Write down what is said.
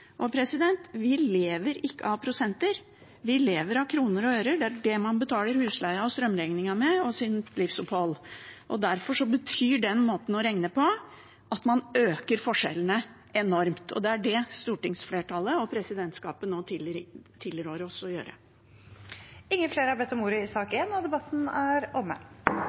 Vi lever ikke av prosenter, vi lever av kroner og øre. Det er det man betaler husleia, strømregningen og sitt livsopphold med. Derfor betyr den måten å regne på at man øker forskjellene enormt, og det er det stortingsflertallet og presidentskapet nå tilrår oss å gjøre. Flere har ikke bedt om ordet til sak nr. 1. Etter ønske fra helse- og omsorgskomiteen vil presidenten ordne debatten